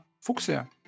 fuchsia